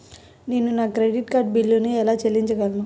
నేను నా credit card బిల్లును ఎలా చెల్లించగలను?